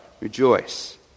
rejoice